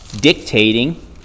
dictating